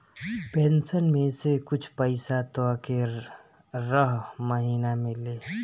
pension में से कुछ पईसा तोहके रह महिना मिली